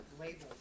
Labels